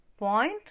Point